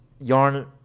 Yarn